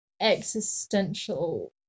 existential